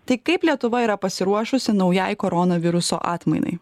tai kaip lietuva yra pasiruošusi naujai koronaviruso atmainai